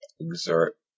exert